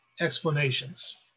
explanations